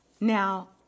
Now